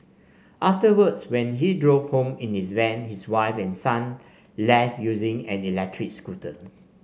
afterwards when he drove home in his van his wife and son left using an electric scooter